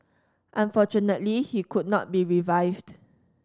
unfortunately he could not be revived